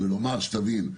תבין,